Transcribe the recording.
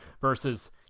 versus